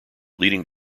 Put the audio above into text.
leading